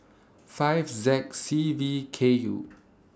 five Z C V K U